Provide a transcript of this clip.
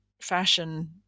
fashion